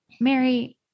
Mary